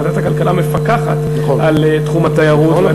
ועדת הכלכלה מפקחת על תחום התיירות.